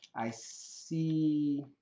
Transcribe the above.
i see